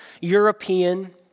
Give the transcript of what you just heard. European